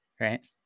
right